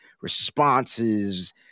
responses